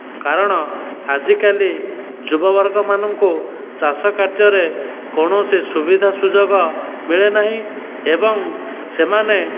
କାରଣ ଆଜିକାଲି ଯୁବବର୍ଗ ମାନଙ୍କୁ ଚାଷ କାର୍ଯ୍ୟରେ କୌଣସି ସୁବିଧା ସୁଯୋଗ ମିଳେ ନାହିଁ ଏବଂ ସେମାନେ